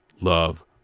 love